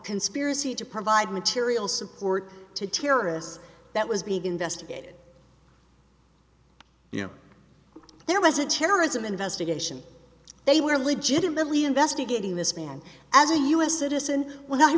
conspiracy to provide material support to terrorists that was being investigated there was a terrorism investigation they were legitimately investigating this man as a u s citizen when i